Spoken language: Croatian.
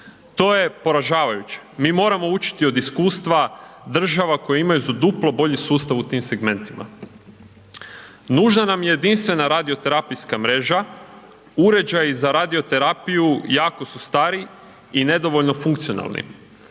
to je poražavajuće, mi moramo učiti od iskustva država koje imaju za duplo bolji sustav u tim segmentima. Nužna nam je jedinstvena radio terapijska mreža, uređaji za radio terapiju jako su stari i nedovoljno funkcionalni,